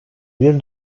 bir